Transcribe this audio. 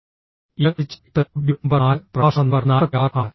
ഇത് ആഴ്ച 8 module number 4 പ്രഭാഷണ നമ്പർ 46 ആണ്